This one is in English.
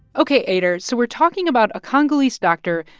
ok, eyder, so we're talking about a congolese doctor,